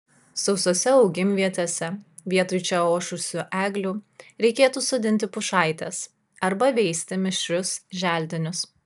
sausose augimvietėse vietoj čia ošusių eglių reikėtų sodinti pušaites arba veisti mišrius želdinius